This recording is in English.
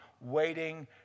waiting